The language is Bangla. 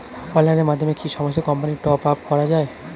অনলাইনের মাধ্যমে কি সমস্ত কোম্পানির টপ আপ করা যায়?